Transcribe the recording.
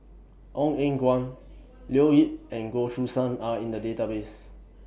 Ong Eng Guan Leo Yip and Goh Choo San Are in The Database